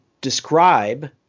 describe